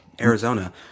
Arizona